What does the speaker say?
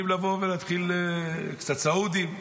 קצת סעודים.